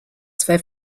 zwei